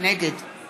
נגד